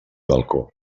balcó